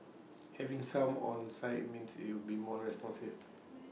having someone on site means IT will be more responsive